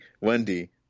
Wendy